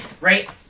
Right